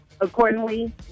accordingly